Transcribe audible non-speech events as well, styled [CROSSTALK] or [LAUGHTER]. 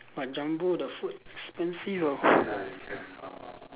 but Jumbo the food expensive ah [NOISE]